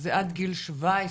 זה עד גיל 17,